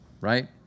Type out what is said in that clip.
right